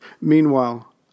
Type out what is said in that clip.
Meanwhile